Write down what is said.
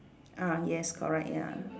ah yes correct ya